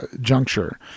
juncture